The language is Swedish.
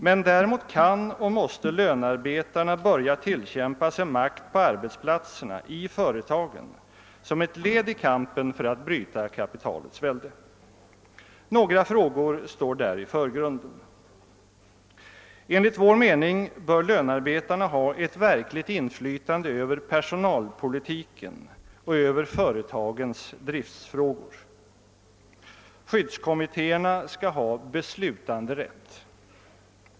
Men däremot kan och måste lönearbetarna börja tillkämpa sig makt på arbetsplatserna, i företagen, som ett led i kampen för att bryta kapitalets välde. Några frågor står där i förgrunden. Enligt vår mening bör lönearbetarna ha ett verkligt inflygande över personalpolitiken och över företagens driftsfrågor. Skyddskommittéerna skall ha beslutanderätt.